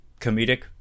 comedic